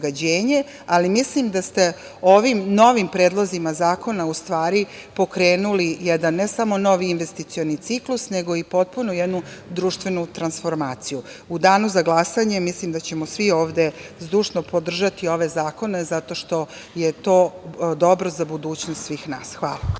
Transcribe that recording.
ali mislim da ste ovim novim predlozima zakona u stvari pokrenuli jedan ne samo novi investicioni ciklus, nego i potpunu jednu društvenu transformaciju.U danu za glasanje mislim da ćemo svi ovde zdušno podržati ove zakone, zato što je to dobro za budućnost svih nas. Hvala.